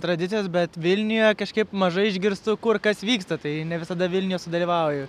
tradicijas bet vilniuje kažkaip mažai išgirstu kur kas vyksta tai ne visada vilniuje sudalyvauju